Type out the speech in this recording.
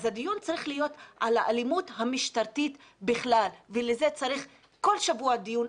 אז הדיון צריך להיות על האלימות המשטרתית בכלל ולזה צריך כל שבוע דיון,